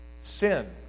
Sin